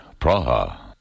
Praha